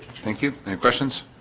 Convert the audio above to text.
thank you any questions